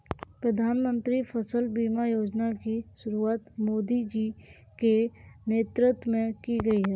प्रधानमंत्री फसल बीमा योजना की शुरुआत मोदी जी के नेतृत्व में की गई है